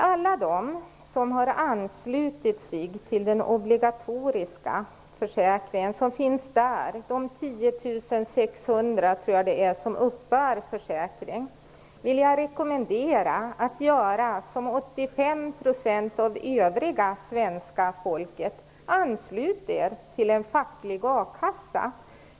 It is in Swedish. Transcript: Alla dem som hade anslutit sig till den obligatoriska försäkringen - jag tror att det är 10 600 som uppbär försäkring där - vill jag rekommendera att göra som 85 % av svenska folket och ansluta sig till en facklig a-kassa.